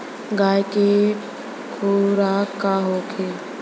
गाय के खुराक का होखे?